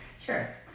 Sure